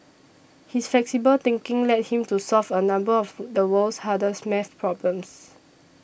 his flexible thinking led him to solve a number of the world's hardest math problems